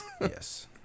Yes